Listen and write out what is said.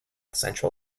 central